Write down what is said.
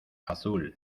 azul